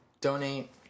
donate